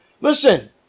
Listen